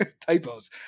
Typos